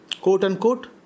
Quote-unquote